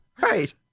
right